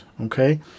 okay